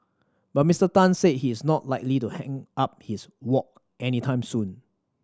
but Mister Tan said he's not like to hang up his wok anytime soon